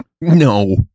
No